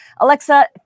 Alexa